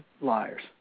Liars